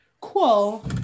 Cool